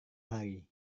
hari